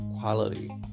Quality